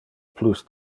plus